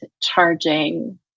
charging